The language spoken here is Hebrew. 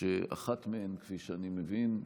אחת מהן, כפי שאני מבין,